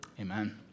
Amen